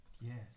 Yes